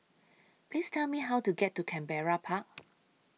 Please Tell Me How to get to Canberra Park